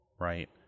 right